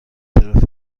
ترافیک